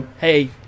Hey